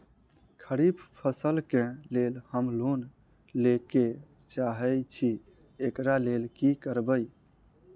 खरीफ फसल केँ लेल हम लोन लैके चाहै छी एकरा लेल की करबै?